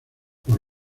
por